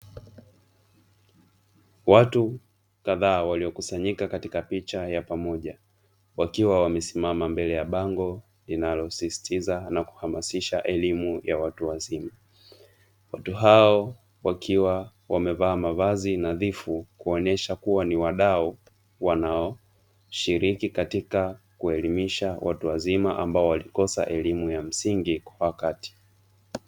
Watu kadhaa waliokusanyika katika picha ya pamoja, wakiwa wamesimama mbele ya bango linalosisitiza na kuhamasisha elimu ya watu wazima. Watu hao wakiwa wamevaa mavazi nadhifu, kuonesha kuwa ni wadau wanaoshiriki katika kuelimisha watu wazima ambao walikosa elimu ya msingi kwa wakati.